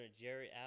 Jerry